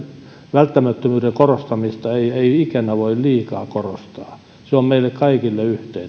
välttämättömyyttä ei ei ikinä voi liikaa korostaa se on meille kaikille yhteinen